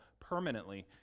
permanently